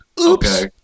Oops